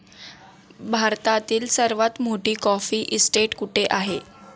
भारतातील सर्वात मोठी कॉफी इस्टेट कुठे आहे?